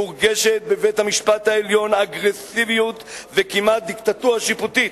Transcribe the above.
מורגשת בבית-המשפט העליון אגרסיביות וכמעט דיקטטורה שיפוטית,